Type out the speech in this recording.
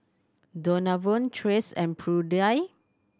Donavon Tracee and Prudie